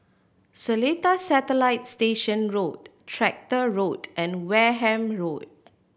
Seletar Satellite Station Road Tractor Road and Wareham Road